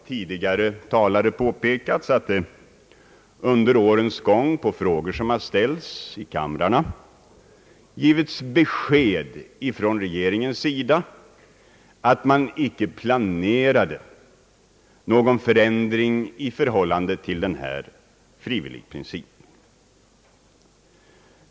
Tidigare talare har påpekat att regeringen under årens lopp på frågor i kamrarna gett besked om att någon förändring beträffande frivillighetsprincipen inte planerats.